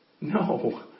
No